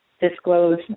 disclose